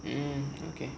mmhmm okay